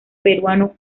peruano